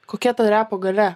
kokia ta repo galia